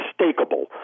unmistakable